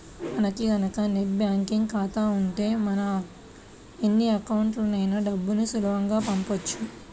మనకి గనక net banking ఖాతా ఉంటే ఎన్ని అకౌంట్లకైనా డబ్బుని సులువుగా పంపొచ్చు